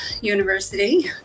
university